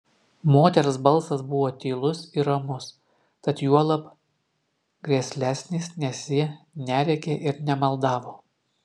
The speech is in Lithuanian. moters balsas buvo tylus ir ramus tad juolab grėslesnis nes ji nerėkė ir nemaldavo